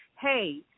hey